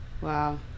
wow